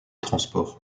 transport